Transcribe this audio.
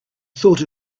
thought